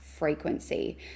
frequency